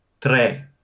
tre